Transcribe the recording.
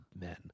men